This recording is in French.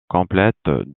complète